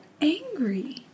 angry